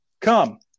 come